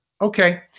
okay